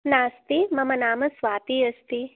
नास्ति मम नाम स्वाती अस्ति